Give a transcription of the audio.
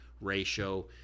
ratio